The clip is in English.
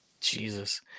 Jesus